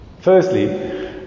Firstly